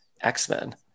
X-Men